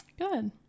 good